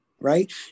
right